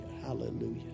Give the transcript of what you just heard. Hallelujah